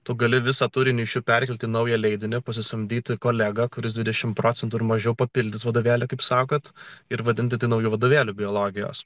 tu gali visą turinį iš jų perkelti naują leidinį pasisamdyti kolegą kuris dvidešimt procentų mažiau papildys vadovėlį kaip sakot ir vadindami naujų vadovėlių biologijos